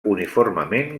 uniformement